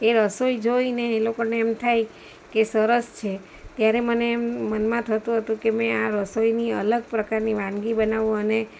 એ રસોઈ જોઈને એ લોકોને એમ થાય કે સરસ છે ત્યારે મને એમ મનમાં થતું હતું કે મે આ રસોઈની અલગ પ્રકારની વાનગી બનાવું અને